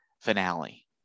finale